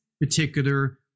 particular